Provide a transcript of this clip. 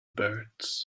birds